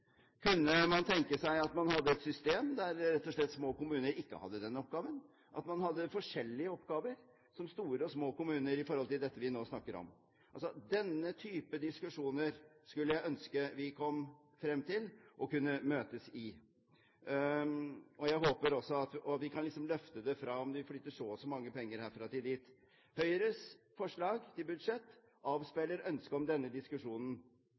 Kunne man tenke seg at man hadde et system der små kommuner rett og slett ikke hadde denne oppgaven – at man hadde forskjellige oppgaver som store og små kommuner når det gjelder dette vi nå snakker om. Denne type diskusjoner skulle jeg ønske vi kom frem til og kunne møtes i og løfte det fra om vi flytter så og så mange penger herfra til dit. Høyres forslag til budsjett avspeiler ønsket om denne diskusjonen.